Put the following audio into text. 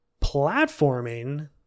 platforming